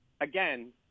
again